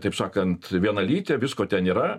taip sakant vienalytė visko ten yra